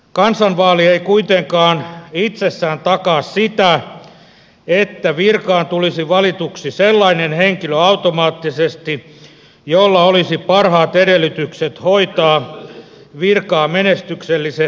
kansanvaali ei kuitenkaan itsessään takaa sitä että virkaan tulisi valituksi automaattisesti sellainen henkilö jolla olisi parhaat edellytykset hoitaa virkaa menestyksellisesti